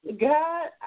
God